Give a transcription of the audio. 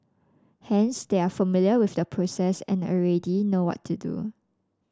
hence they are familiar with the process and already know what to do